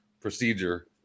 procedure